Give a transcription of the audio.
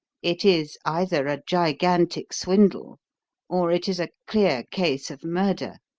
it is either a gigantic swindle or it is a clear case of murder.